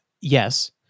yes